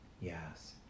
yes